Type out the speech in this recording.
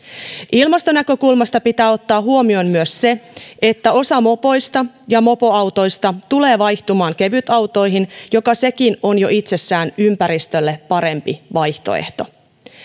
ilmastonäkökulmasta pitää ottaa huomioon myös se että osa mopoista ja mopoautoista tulee vaihtumaan kevytautoihin jotka ovat jo itsessäänkin ympäristölle parempi vaihtoehto